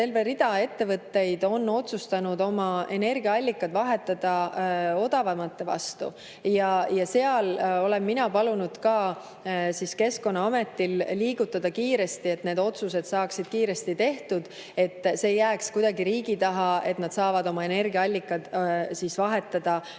terve rida ettevõtteid on otsustanud oma energiaallikad vahetada odavamate vastu ja ka mina olen palunud Keskkonnaametil liigutada kiiresti, et need otsused saaksid kiiresti tehtud, et see ei jääks kuidagi riigi taha ja nad saavad oma energiaallikad, näiteks maagaasi vahetada